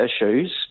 issues